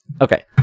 Okay